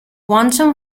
quantum